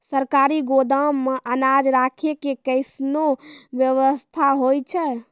सरकारी गोदाम मे अनाज राखै के कैसनौ वयवस्था होय छै?